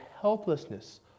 helplessness